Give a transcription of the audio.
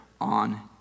on